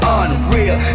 unreal